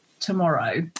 Tomorrow